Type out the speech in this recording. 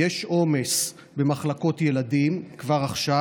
יש עומס במחלקות ילדים כבר עכשיו,